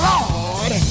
Lord